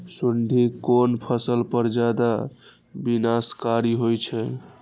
सुंडी कोन फसल पर ज्यादा विनाशकारी होई छै?